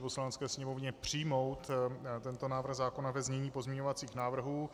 Poslanecké sněmovně přijmout tento návrh zákona ve znění pozměňovacích návrhů.